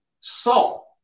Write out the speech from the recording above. salt